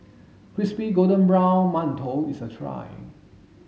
crispy golden brown mantou is a try